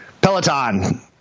Peloton